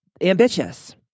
ambitious